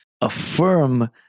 affirm